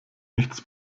nichts